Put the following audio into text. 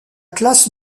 classe